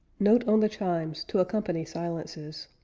note on the chimes to accompany silences